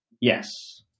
Yes